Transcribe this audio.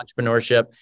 entrepreneurship